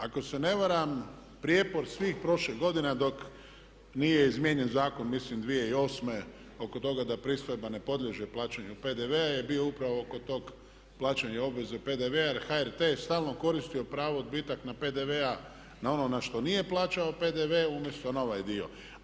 Ako se ne varam prijepor svih prošlih godina dok nije izmijenjen zakon mislim 2008. oko toga da pristojba ne podliježe plaćanju PDV-a je bio upravo kod tog plaćanja obveze PDV-a jer HRT je stalno koristio pravo, odbitak na PDV a ono na što nije PDV umjesto na ovaj dio.